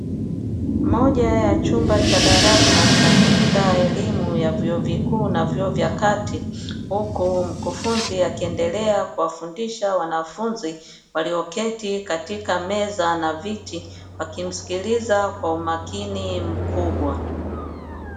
Moja ya chumba cha darasa katika elimu ya vyuo vikuu na vyuo vya kati, huku mkufunzi akiendelea kuwafundisha wanafunzi walioketi katika meza na viti wakimsikiliza kwa umakini mkubwa.